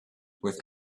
with